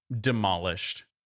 demolished